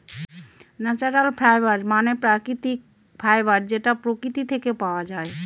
natural fibre মানে প্রাকৃতিক fibre যেটা প্রকৃতি থেকে পাওয়া যায়